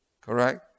Correct